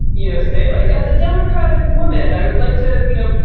you know, say like as a democratic woman, i would like to, you know,